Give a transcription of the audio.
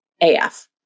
AF